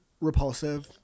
repulsive